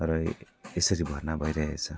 र यसरी भर्ना भइरहेको छ